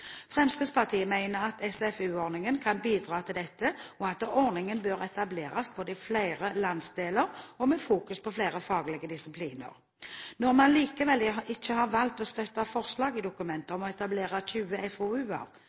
Fremskrittspartiet mener at SFU-ordningen kan bidra til dette, og at ordningen bør etableres i flere landsdeler og med fokus på flere faglige disipliner. Når vi likevel ikke har valgt å støtte forslaget i dokumentet om å etablere 20